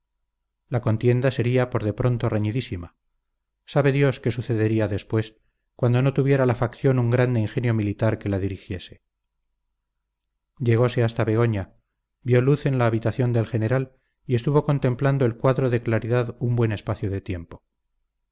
la contienda sería por de pronto reñidísima sabe dios qué sucedería después cuando no tuviera la facción un grande ingenio militar que la dirigiese llegose hasta begoña vio luz en la habitación del general y estuvo contemplando el cuadro de claridad un buen espacio de tiempo